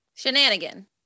Shenanigan